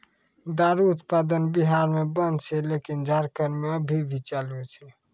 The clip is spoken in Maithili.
दारु उत्पादन बिहार मे बन्द छै लेकिन झारखंड मे अभी भी चालू छै